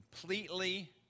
completely